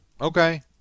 Okay